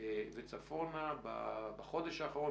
ואילך בחודש האחרון,